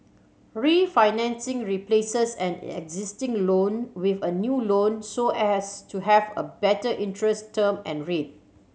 refinancing replaces an existing loan with a new loan so as to have a better interest term and rate